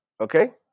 Okay